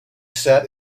sat